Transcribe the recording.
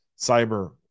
cyber